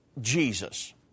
Jesus